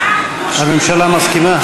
הממשלה מסכימה?